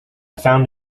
found